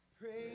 praise